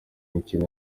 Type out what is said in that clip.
mikino